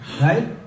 right